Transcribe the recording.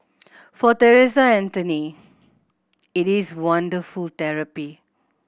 for Theresa Anthony it is wonderful therapy